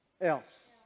else